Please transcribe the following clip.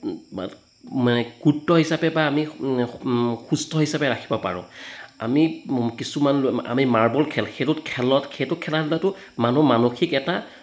কূৰ্ত হিচাপে বা আমি সুস্থ হিচাপে ৰাখিব পাৰোঁ আমি কিছুমান আমি মাৰ্বল খেল সেইটো খেলত সেইটো খেলা ধূলাটো মানুহ মানসিক এটা